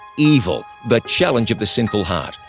evil the challenge of the sinful heart.